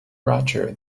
roger